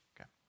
Okay